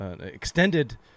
Extended